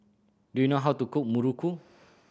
do you know how to cook muruku